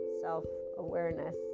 self-awareness